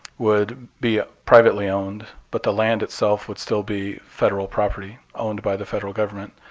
would be privately owned but the land itself would still be federal property owned by the federal government.